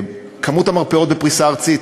כמות המרפאות בפריסה ארצית,